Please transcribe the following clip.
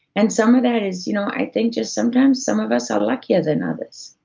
and some of that is, you know i think just sometimes some of us are luckier than others.